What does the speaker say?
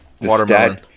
watermelon